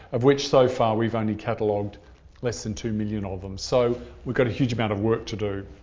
of which so far, we've only catalogued less than two million of them. so we've got a huge amount of work to do.